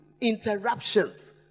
interruptions